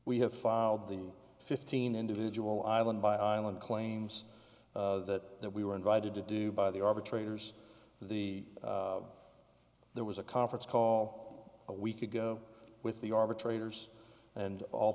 we have filed the fifteen individual island by island claims that we were invited to do by the arbitrators the there was a conference call a week ago with the arbitrator's and all